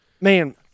Man